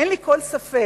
אין לי כל ספק